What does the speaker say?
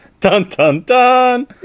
Dun-dun-dun